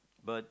but